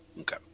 Okay